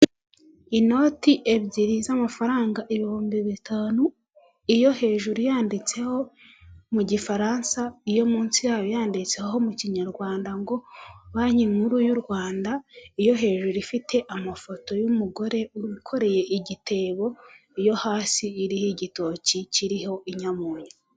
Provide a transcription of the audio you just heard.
Inoti ebyiri z'amafaranga ibihumbi bitanu, iyo hejuru yanditseho mu gifaransa, iyo munsi yayo yanditseho mu kinyarwanda ngo banki nkuru y'u Rwanda, iyo hejuru ifite amafoto y'umugore ukoreye igitebo, iyo hasi iriho igitoki kiriho inyamunyo.